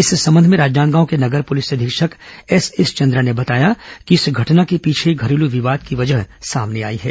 इस संबंध में राजनांदगांव के नगर पुलिस अधीक्षक एसएस चंद्रा ने बताया कि इस घटना के पीछे घरेलू विवाद की वजह सामने आई है